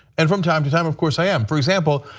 and from time to time of course i am. for example,